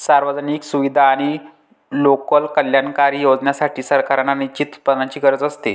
सार्वजनिक सुविधा आणि लोककल्याणकारी योजनांसाठी, सरकारांना निश्चित उत्पन्नाची गरज असते